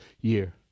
year